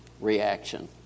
reaction